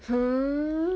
um